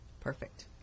Perfect